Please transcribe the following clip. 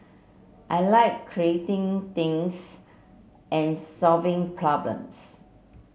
I like creating things and solving problems